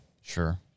Sure